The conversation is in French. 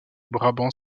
brabant